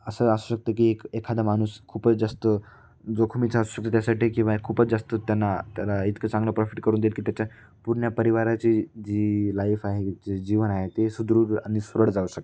असं असू शकतं की एक एखादा माणूस खूपच जास्त जोखमीचा असू शकते त्यासाठी की बाबा खूपच जास्त त्यांना त्याला इतकं चांगलं प्रॉफिट करून देईल की त्याच्या पूर्ण परिवाराची जी लाईफ आहे जे जीवन आहे ते सुदृढ आणि सुदृढ जाऊ शकत